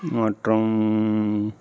மற்றும்